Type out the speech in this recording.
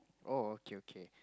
oh okay okay